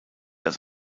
als